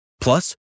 Plus